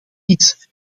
iets